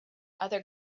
other